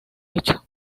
hecho